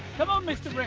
come on, mr